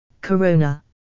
Corona